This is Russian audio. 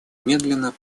медленно